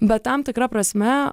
bet tam tikra prasme